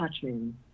touching